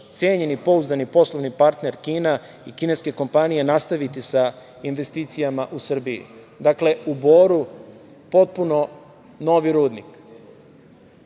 cenjeni, pouzdani poslovni partner Kina i kineske kompanije nastaviti sa investicijama u Srbiji. Dakle, u Boru potpuno novi rudnik.